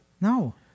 No